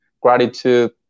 gratitude